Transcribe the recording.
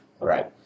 Right